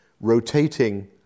rotating